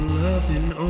loving